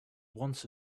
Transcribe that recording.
once